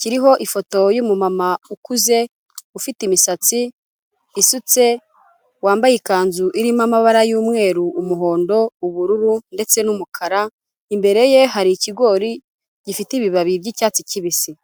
kiriho ifoto y'umumama ukuze ufite imisatsi isutse, wambaye ikanzu irimo amabara; y'umweru, umuhondo, ubururu ndetse n'umukara; imbere ye hari ikigori gifite ibibabi by'cyatsi kibisi.